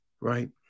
right